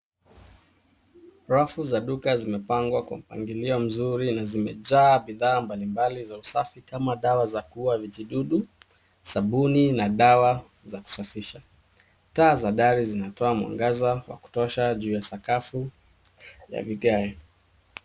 Rafu za duka zimepangwa kwa mpangilio mzuri na zimejaa bidhaa mbalimbali za usafi kama dawa za kuua vijidudu, sabuni na dawa za kusafisha. Taa za dari zinatoa mwangaza wa kutosha juu ya sakafu ya vigae.